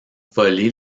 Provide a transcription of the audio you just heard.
voler